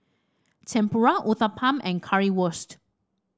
Tempura Uthapam and Currywurst